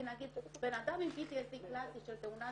כי נגיד אם אדם עם PTSD קלאסי של תאונת